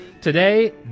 Today